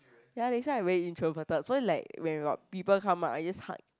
ya they say I very introverted so like when got people come right I just hide